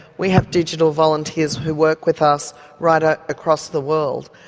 we have digital volunteers who work with us right ah across the world,